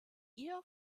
ihr